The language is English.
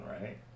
right